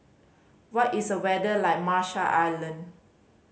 what is the weather like Marshall Island